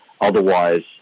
Otherwise